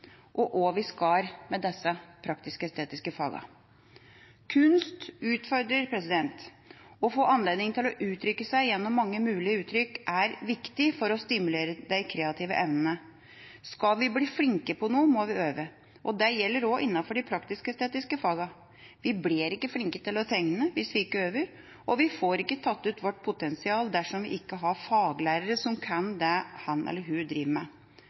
og hva vi skal med de praktisk-estetiske fagene. Kunst utfordrer. Å få anledning til å uttrykke seg gjennom mange mulige uttrykk er viktig for å stimulere de kreative evnene. Skal vi bli flinke på noe, må vi øve, og det gjelder også innenfor de praktisk-estetiske fagene. Vi blir ikke flinke til å tegne hvis vi ikke øver, og vi får ikke tatt ut vårt potensial dersom vi ikke har faglærere som kan det han eller hun driver med